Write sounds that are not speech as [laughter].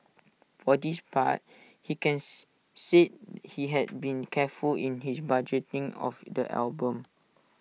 for this part he cans said he had [noise] been careful in his budgeting of the album